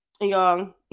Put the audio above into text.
y'all